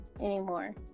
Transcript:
anymore